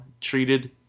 treated